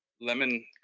lemon